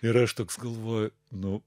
ir aš toks galvoju nu